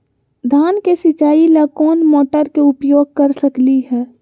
धान के सिचाई ला कोंन मोटर के उपयोग कर सकली ह?